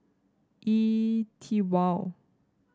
E TWOW